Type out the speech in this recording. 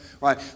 right